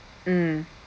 mm